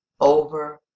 over